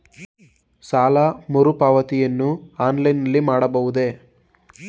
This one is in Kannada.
ಸಾಲ ಮರುಪಾವತಿಯನ್ನು ಆನ್ಲೈನ್ ನಲ್ಲಿ ಮಾಡಬಹುದೇ?